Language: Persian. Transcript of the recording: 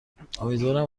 امیدوارم